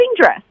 dress